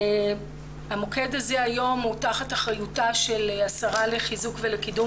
המוקד הזה היום הוא תחת אחריותה של השרה לחיזוק ולקידום